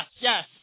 yes